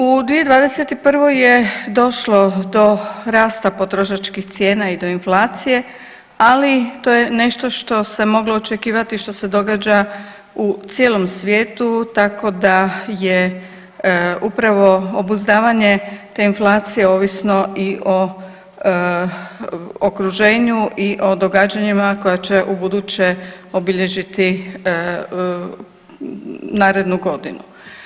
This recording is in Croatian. U 2021. je došlo do rasta potrošačkih cijena i do inflacije, ali to je nešto što se moglo očekivati i što se događa u cijelom svijetu, tako da je upravo obuzdavanje te inflacije ovisno i o okruženju i o događanjima koja će ubuduće obilježiti narednu godinu.